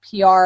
PR